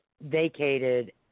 vacated